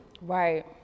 Right